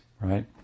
right